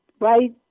right